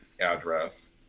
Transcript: address